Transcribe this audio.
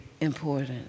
important